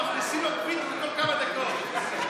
מכניסים לו גוויל כל כמה דקות.